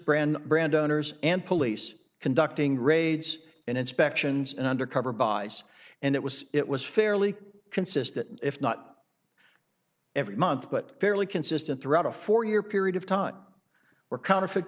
brand brand owners and police conducting raids in inspections and undercover boss and it was it was fairly consistent if not every month but fairly consistent throughout a four year period of time where counterfeit